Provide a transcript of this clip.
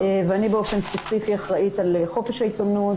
אני באופן ספציפי אחראית על חופש העיתונות